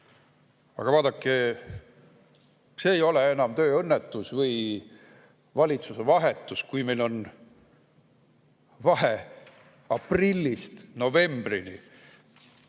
Aga vaadake, see ei ole enam tööõnnetus või valitsuse vahetus, kui meil on vahe aprillist novembrini.